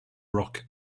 rock